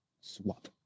Swap